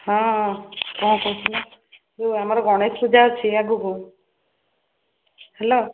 ହଁ କ'ଣ କହୁଥିଲ ଯେଉଁ ଆମର ଗଣେଶ ପୂଜା ଅଛି ଆଗକୁ ହ୍ୟାଲୋ